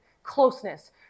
closeness